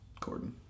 Corden